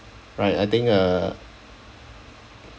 right I think uh